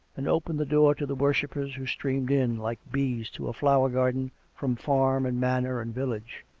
and open the door to the worshippers who streamed in, like bees to a flower-garden, from farm and manor and village.